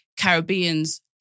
Caribbeans